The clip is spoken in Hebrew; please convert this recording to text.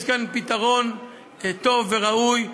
יש כאן פתרון טוב וראוי,